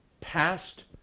past